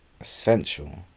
essential